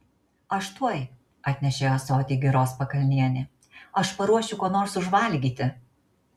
aš tuoj atnešė ąsotį giros pakalnienė aš paruošiu ko nors užvalgyti